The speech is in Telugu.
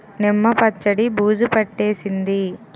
నిమ్మ పచ్చడి బూజు పట్టేసింది